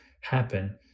happen